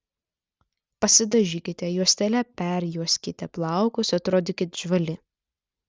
pasidažykite juostele perjuoskite plaukus atrodykit žvali